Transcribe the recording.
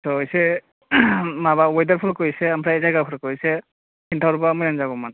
त' इसे माबा वेदार फोरखौ इसे ओमफ्राय जायगाफोरखौ इसे खिन्थाहरबा मोजां जागौमोन